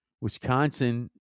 Wisconsin